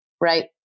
right